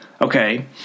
Okay